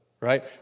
right